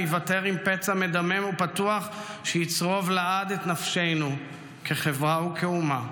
ניוותר עם פצע מדמם ופתוח שיצרוב לעד את נפשנו כחברה וכאומה.